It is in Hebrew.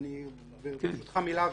ברשותך מילה,